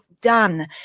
done